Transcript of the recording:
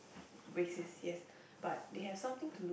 racist yes but they have something to